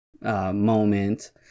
Moment